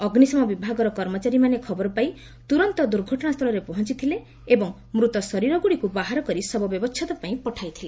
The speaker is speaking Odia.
ଅଗ୍ନିସମ ବିଭାଗର କର୍ମଚାରୀମାନେ ଖବର ପାଇ ତୁରନ୍ତ ଦୁର୍ଘଟଣା ସ୍ଥୁଳରେ ପହଞ୍ଚିଥିଲେ ଏବଂ ମୃତ ଶରୀରଗୁଡ଼ିକୁ ବାହାର କରି ଶବ ବ୍ୟବଚ୍ଛେଦ ପାଇଁ ପଠାଇଥିଲେ